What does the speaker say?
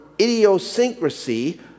idiosyncrasy